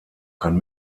kann